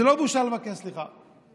זה לא בושה לבקש סליחה.